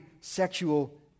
sexual